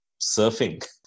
surfing